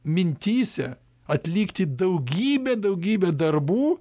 mintyse atlikti daugybę daugybę darbų